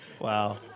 wow